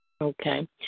Okay